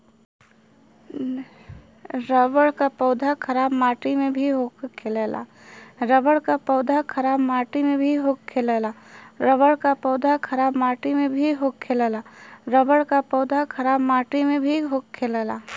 rubber क पौधा खराब माटी में भी होखेला